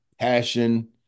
passion